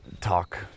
talk